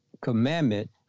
commandment